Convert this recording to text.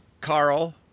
carl